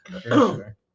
sure